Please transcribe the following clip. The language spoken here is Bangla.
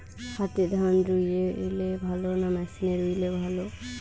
হাতে ধান রুইলে ভালো না মেশিনে রুইলে ভালো?